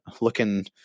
looking